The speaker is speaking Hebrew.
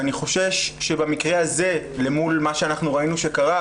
אני חושש שבמקרה הזה למול מה שאנחנו ראינו שקרה,